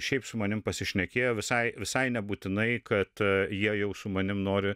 šiaip su manim pasišnekėjo visai visai nebūtinai kad jie jau su manimi nori